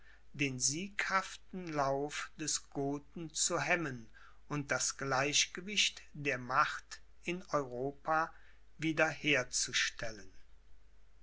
den sieghaften lauf des gothen zu hemmen und das gleichgewicht der macht in europa wieder